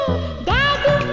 Daddy